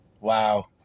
Wow